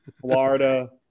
Florida